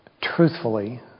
truthfully